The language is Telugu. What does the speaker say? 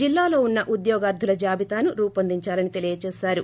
జిల్లాలో ఉన్స ఉద్యోగార్టుల జాబితాను రూపొందించాలని తెలియచేశారు